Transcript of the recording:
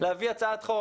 להביא הצעת חוק